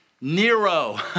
Nero